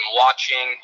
watching